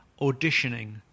auditioning